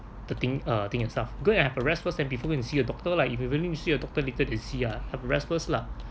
the thing uh thing and stuff go and have a rest first and before going to see a doctor lah if you willing to see a doctor later then see lah have a rest first lah